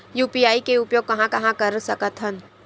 UPI के उपयोग कहां कहा कर सकत हन?